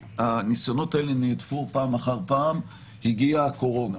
הניסיונות האלה נהדפו פעם אחר פעם ואז הגיעה הקורונה,